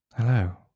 Hello